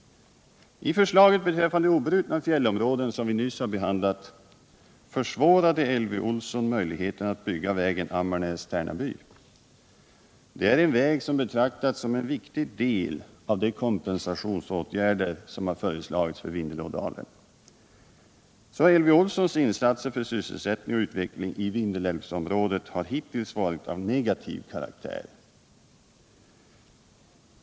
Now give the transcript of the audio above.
I förslaget beträffande obrutna fjällområden, som vi nyss har behandlat, försvårade Elvy Olsson möjligheten att bygga vägen Ammarnäs-Tärnaby. Det är en väg som betraktats som en viktig del av de kompensationsåtgärder som föreslagits för Vindelådalen. Så Elvy Olssons insatser för sysselsättning och utveckling i Vindelälvsområdet har hittills varit av negativ karaktär.